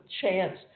chance